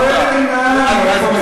לא, אני לא רואה מדינה, אני רואה פה מדינה?